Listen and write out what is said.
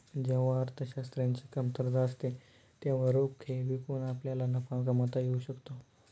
जेव्हा अर्थशास्त्राची कमतरता असते तेव्हा रोखे विकून आपल्याला नफा कमावता येऊ शकतो